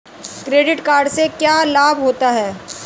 Credit card से क्या क्या लाभ होता है?